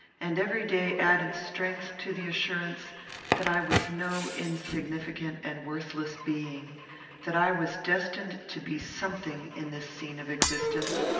and every day added strength to the assurance that i was no insignificant and worthless being that i was destined to be something in this scene of existence,